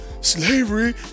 slavery